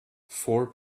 four